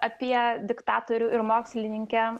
apie diktatorių ir mokslininkę